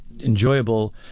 enjoyable